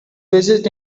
visit